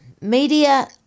Media